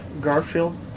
Garfield